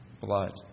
blood